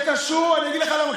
אני אגיד לך למה,